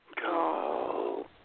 Go